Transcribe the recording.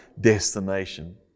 destination